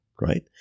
right